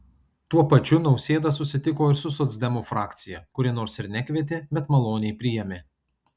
tuo pačiu nausėda susitiko ir su socdemų frakcija kuri nors ir nekvietė bet maloniai priėmė